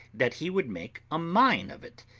that he would make a mine of it,